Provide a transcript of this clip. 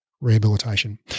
Rehabilitation